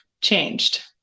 changed